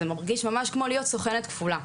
זה מרגיש ממש כמו להיות סוכנת כפולה,